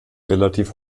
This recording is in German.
relativ